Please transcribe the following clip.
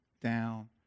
down